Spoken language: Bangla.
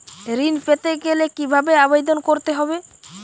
ঋণ পেতে গেলে কিভাবে আবেদন করতে হবে?